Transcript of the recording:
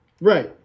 Right